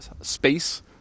space